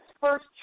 first